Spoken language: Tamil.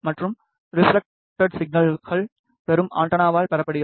மற்றும் ரெப்லெக்ட்டேட் சிக்னல் பெறும் ஆண்டெனாவால் பெறப்படுகிறது